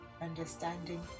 understanding